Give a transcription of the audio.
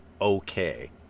okay